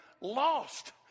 lost